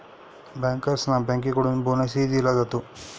बँकर्सना बँकेकडून बोनसही दिला जातो